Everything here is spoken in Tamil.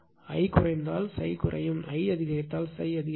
I குறைத்தால் ∅குறையும் I அதிகரித்தால் ∅அதிகரிக்கும்